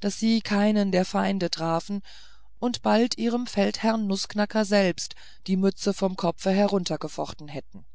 daß sie keinen der feinde trafen und bald ihrem feldherrn nußknacker selbst die mütze vom kopfe heruntergefochten hätten